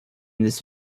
this